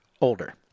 older